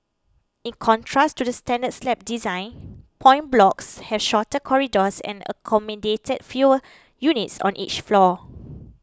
in contrast to the standard slab design point blocks had shorter corridors and accommodated fewer units on each floor